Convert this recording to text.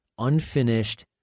unfinished